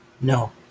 No